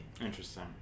Interesting